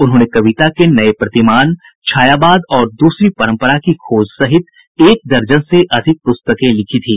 उन्होंने कविता के नए प्रतिमान छायावाद और दूसरी परंपरा की खोज सहित एक दर्जन से अधिक प्रस्तकें लिखी थी